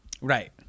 Right